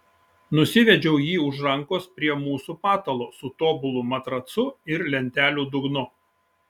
nusivedžiau jį už rankos prie mūsų patalo su tobulu matracu ir lentelių dugnu